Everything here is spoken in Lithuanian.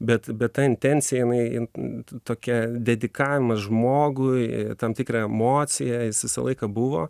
bet bet ta intensija jinai tokia dedikavimas žmogui tam tikrą emociją jis visą laiką buvo